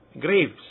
graves